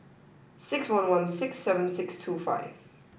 six one one six seven six two five